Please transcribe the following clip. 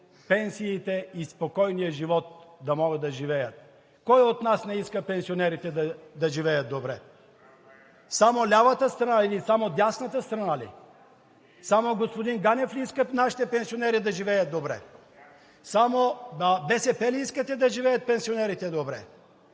пенсиите и спокойния живот, да могат да живеят. Кой от нас не иска пенсионерите да живеят добре? Само лявата или само дясната страна ли? Само господин Ганев ли иска нашите пенсионери да живеят добре? Само БСП ли искате да живеят пенсионерите добре?